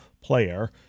player